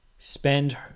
Spend